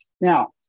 Now